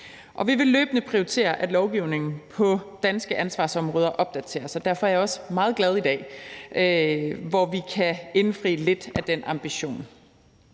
vi vil løbende prioritere, at lovgivning på danske ansvarsområder opdateres. Og derfor er jeg også meget glad i dag, hvor vi kan indfri lidt af den ambition.